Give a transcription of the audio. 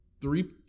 Three